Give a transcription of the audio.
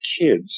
kids